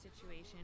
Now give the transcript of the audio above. situation